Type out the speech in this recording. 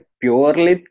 purely